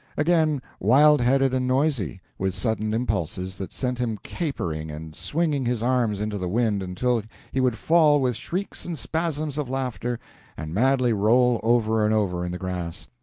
again wild-headed and noisy, with sudden impulses that sent him capering and swinging his arms into the wind until he would fall with shrieks and spasms of laughter and madly roll over and over in the grass.